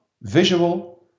visual